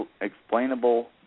explainable